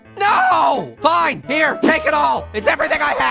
no, fine, here, take it all. it's everything i